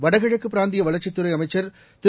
வடகிழக்குபிராந்தியவளர்ச்சித்துறைஅமைச்சர்திரு